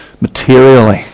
materially